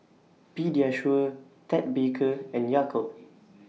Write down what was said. Pediasure Ted Baker and Yakult